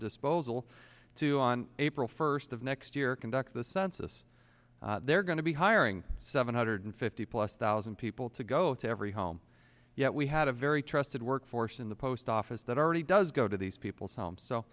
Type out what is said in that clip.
disposal to on april first of next year conduct the census they're going to be hiring seven hundred fifty plus thousand people to go to every home yet we had a very trusted workforce in the post office that already does go to these people's homes so